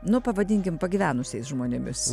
nu pavadinkim pagyvenusiais žmonėmis